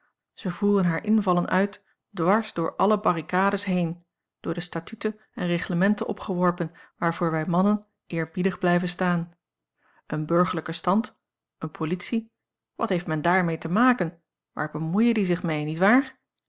ze voeren haar invallen uit dwars door alle barricades heen door de statuten en reglementen opgeworpen waarvoor wij mannen eerbiedig blijven staan een burgerlijke stand eene politie wat heeft men daarmee te maken waar bemoeien die zich mee niet waar